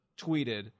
tweeted